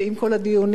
ועם כל הדיונים,